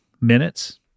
minutes